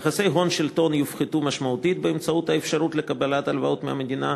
יחסי הון שלטון יופחתו משמעותית בשל האפשרות לקבלת הלוואה מהמדינה,